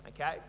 okay